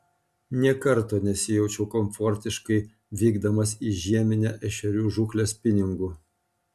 nė karto nesijaučiu komfortiškai vykdamas į žieminę ešerių žūklę spiningu